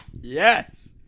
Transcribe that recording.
yes